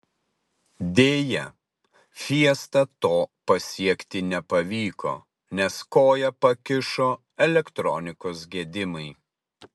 deja fiesta to pasiekti nepavyko nes koją pakišo elektronikos gedimai